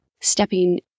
stepping